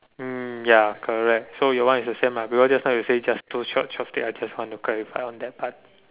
mm ya correct so your one is the same lah because just now you say just two chop~ chopstick I just want to clarify on that part